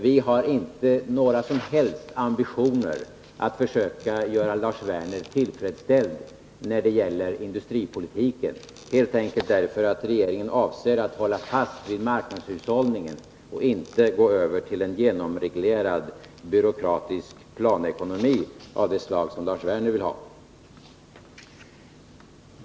Vi har inte några som helst ambitioner att försöka göra Lars Werner tillfredsställd när det gäller industripolitiken — helt enkelt därför att regeringen avser att hålla fast vid marknadshushållningen och inte gå över till en genomreglerad byråkratisk planekonomi av det slag som Lars Werner vill ha.